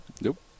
Nope